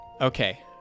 Okay